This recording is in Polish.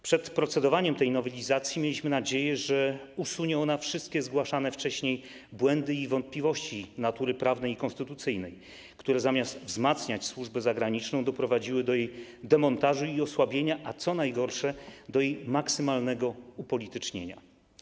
Przed procedowaniem nad tą nowelizacją mieliśmy nadzieję, że usunie ona wszystkie zgłaszane wcześniej błędy i wątpliwości natury prawnej i konstytucyjnej, które zamiast wzmacniać służbę zagraniczną, doprowadziły do jej demontażu i osłabienia, a co najgorsze - do jej maksymalnego upolitycznienia.